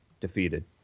Defeated